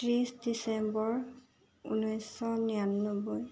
ত্ৰিছ ডিচেম্বৰ ঊনৈছশ নিৰান্নব্বৈ